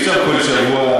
אי-אפשר כל שבוע,